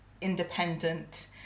independent